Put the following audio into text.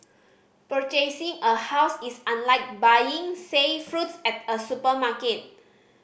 purchasing a house is unlike buying say fruits at a supermarket